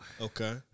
okay